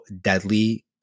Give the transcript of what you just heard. deadly